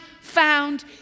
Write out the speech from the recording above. found